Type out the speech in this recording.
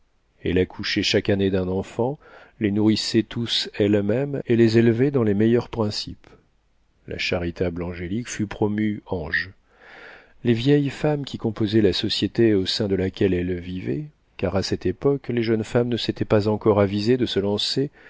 elle accouchait chaque année d'un enfant les nourrissait tous elle-même et les élevait dans les meilleurs principes la charitable angélique fut promue ange les vieilles femmes qui composaient la société au sein de laquelle elle vivait car à cette époque les jeunes femmes ne s'étaient pas encore avisées de se lancer